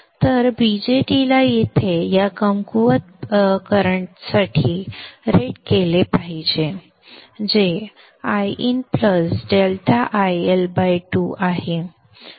तर BJT ला येथे या कमकुवत प्रवाहासाठी रेट केले पाहिजे जे Iin ∆ IL2 आहे